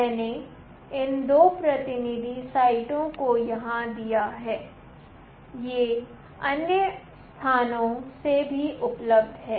मैंने इन 2 प्रतिनिधि साइट को यहां दिया है ये अन्य स्थानों से भी उपलब्ध हैं